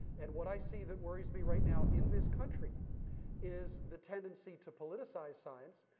and what i see that worries me right now in this country is the tendency to politicize science,